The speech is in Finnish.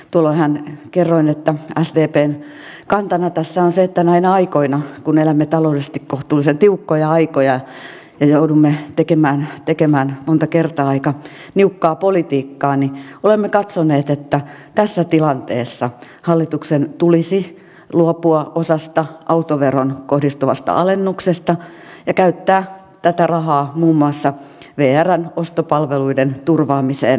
tuolloinhan kerroin että sdpn kantana tässä on se että kun näinä aikoina elämme taloudellisesti kohtuullisen tiukkoja aikoja ja joudumme tekemään monta kertaa aika niukkaa politiikkaa niin olemme katsoneet että tässä tilanteessa hallituksen tulisi luopua osasta autoveroon kohdistuvasta alennuksesta ja käyttää tätä rahaa muun muassa vrn ostopalveluiden turvaamiseen maakunnissa